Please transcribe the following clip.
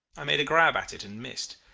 i made a grab at it and missed.